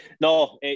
no